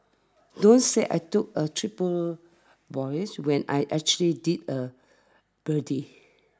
don't say I took a triple when I actually did a birdie